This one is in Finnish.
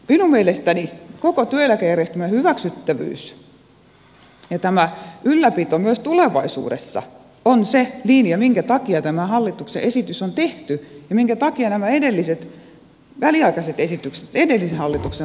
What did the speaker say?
minun mielestäni koko työeläkejärjestelmän hyväksyttävyys ja ylläpito myös tulevaisuudessa on se linja minkä takia tämä hallituksen esitys on tehty ja minkä takia nämä edelliset väliaikaiset esitykset edellisen hallituksen kohdalla tehtiin